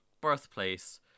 Birthplace